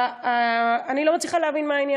נכון,